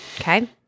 Okay